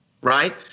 right